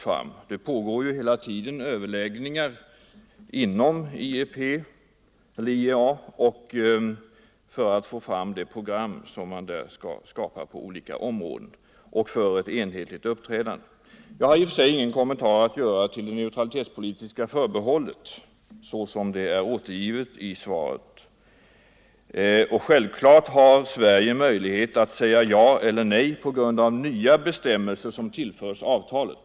Det pågår ju hela tiden överläggningar inom IEA, tidigare ECG, för att få fram det program som man vill skapa på olika områden och för att uppnå ett enhetligt uppträdande. Jag har i och för sig ingen kommentar att göra till det neutralitetspolitiska förbehållet såsom det är återgivet i svaret. Självklart har Sverige även möjlighet att säga ja eller nej till nya bestämmelser som tillförs avtalet.